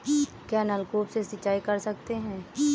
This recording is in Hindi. क्या नलकूप से सिंचाई कर सकते हैं?